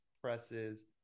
presses